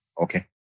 okay